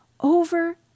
over